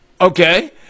Okay